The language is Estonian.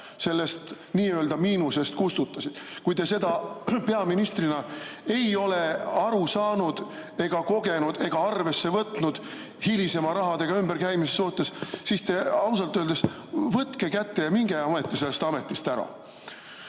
sellest nii‑öelda miinusest kustutasid. Kui te sellest peaministrina ei ole aru saanud ega arvesse võtnud hilisema rahadega ümberkäimise suhtes, siis ausalt öeldes võtke kätte ja minge ometi sellest ametist ära.